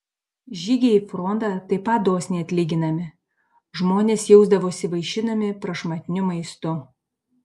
žygiai į frontą taip pat dosniai atlyginami žmonės jausdavosi vaišinami prašmatniu maistu